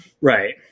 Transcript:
right